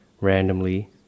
randomly